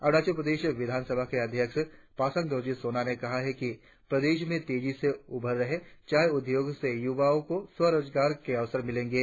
अरुणाचल प्रदेश विधान सभा के अध्यक्ष पासांग दोरजी सोना ने कहा है कि प्रदेश में तेजी से उभर रहे चाय उद्योग से युवाओं को स्वरोजगार के अवसर मिलेंगे